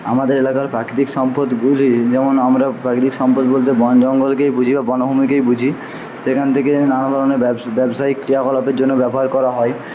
আমাদের এলাকার প্রাকৃতিক সম্পদগুলি যেমন আমরা প্রাকৃতিক সম্পদ বলতে বন জঙ্গলকেই বুঝি বা বনভূমিকেই বুঝি এখান থেকে নানা ধরনের ব্যবসায়িক ক্রিয়াকলাপের জন্য ব্যবহার করা হয়